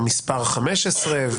המספר 15,